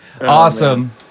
awesome